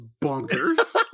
bonkers